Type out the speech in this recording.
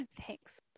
Thanks